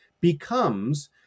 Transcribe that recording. becomes